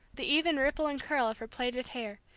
the even ripple and curl of her plaited hair,